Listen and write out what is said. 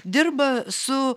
dirba su